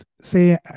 say